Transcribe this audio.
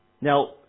Now